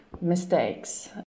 mistakes